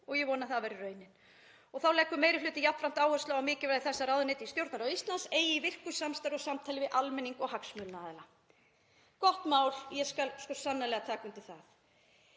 og ég vona að það verði raunin. Þá leggur meiri hlutinn jafnframt áherslu á mikilvægi þess að ráðuneyti í Stjórnarráði Íslands eigi í virku samstarfi og samtali við almenning og hagsmunaaðila. Gott mál. Ég skal svo sannarlega taka undir það.